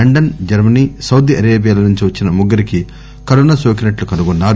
లండస్ Germany Saudi అరేబియాల నుంచి వచ్చిన ముగ్గురికి కరోనా సోకినట్టు కనుగొన్నారు